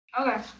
Okay